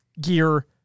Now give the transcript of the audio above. gear